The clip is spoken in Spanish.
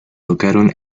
tocaron